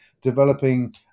developing